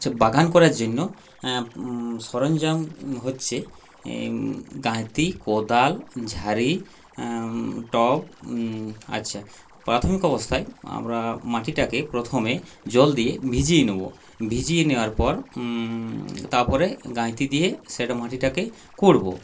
আচ্ছা বাগান করার জন্য সরঞ্জাম হচ্ছে গাঁইতি কোদাল ঝারি টব আচ্ছা প্রাথমিক অবস্থায় আমরা মাটিটাকে প্রথমে জল দিয়ে ভিজিয়ে নেব ভিজিয়ে নেওয়ার পর তারপরে গাঁইতি দিয়ে সেটা মাটিটাকে খুঁড়ব